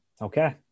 okay